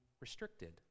restricted